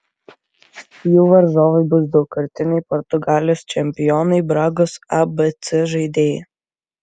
jų varžovai bus daugkartiniai portugalijos čempionai bragos abc žaidėjai